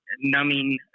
numbing